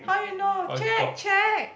how you know check check